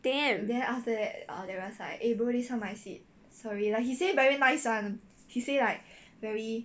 damn